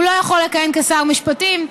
הוא לא יכול לכהן כשר משפטים.